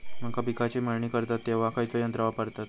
मका पिकाची मळणी करतत तेव्हा खैयचो यंत्र वापरतत?